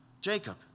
Jacob